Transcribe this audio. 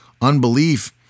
Unbelief